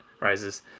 Rises